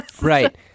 Right